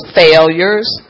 failures